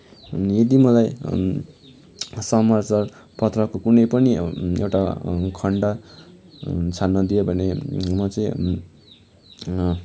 यदि मलाई समचार पत्रको कुनै पनि एउटा खन्ड छान्न दियो भने म चाहिँ